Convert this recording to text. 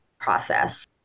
process